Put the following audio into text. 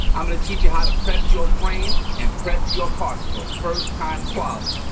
i'm gonna teach you how to prep your frame, and prep your parts for first time quality.